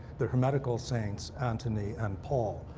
the hermetical saints anthony and paul.